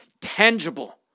tangible